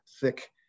thick